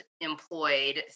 employed